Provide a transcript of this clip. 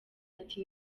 ati